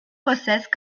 possessed